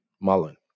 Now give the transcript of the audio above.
Mullen